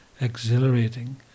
exhilarating